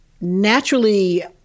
naturally